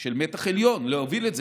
של מתח עליון להוביל את זה.